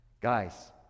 Guys